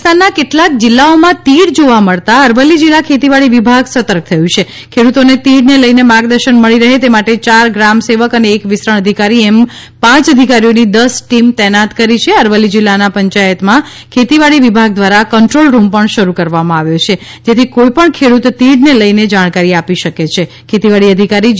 રાજસ્થાનના કેટલાક જિલ્લાઓમાં તીડ જોવા મળતા અરવલ્લી જિલ્લા ખેતીવાડી વિભાગ સતર્ક થયું છે ખેડૂતોને તીડને લઇને માર્ગદર્શન મળી રહે તે માટે ચાર ગ્રામ સેવક અને એક વિસ્તરણ અધિકારી એમ પાંચ અધિકારીઓની દસ ટીમ તૈનાત કરી છે અરવલ્લી જિલ્લાના પંચાયતમાં ખેતીવાડી વિભાગ દ્વારા કંટ્રોલ રૂમ પણ શરૂ કરવામાં આવ્યો છે જેથી કોઇપણ ખેડૂત તીડને લઇને જાણકારી આપી શકે છે ખેતીવાડી અધિકારી જે